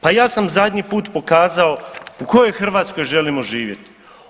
Pa ja sam zadnji put pokazao u kojoj Hrvatskoj želimo živjeti.